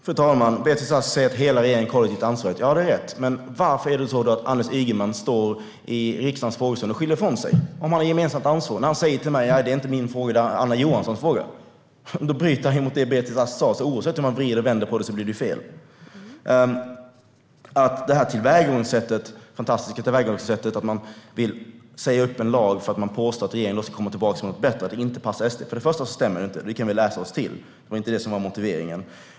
Fru talman! Beatrice Ask säger att hela regeringen är kollektivt ansvarig. Ja, det är rätt, men varför står då Anders Ygeman i riksdagens frågestund och skyller ifrån sig, om den har gemensamt ansvar? Han sa till mig att det inte var hans fråga utan Anna Johanssons. Då bryter han ju mot det som Beatrice Ask sa. Oavsett hur man vrider och vänder på det blir det fel. För det första: När det gäller det fantastiska tillvägagångssättet att man vill säga upp en lag för att man påstår att regeringen då ska komma tillbaka med något bättre och att det inte skulle passa SD stämmer inte det. Detta kan vi läsa oss till - det var inte motiveringen.